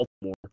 Baltimore